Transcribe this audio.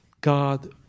God